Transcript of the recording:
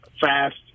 fast